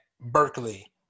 Berkeley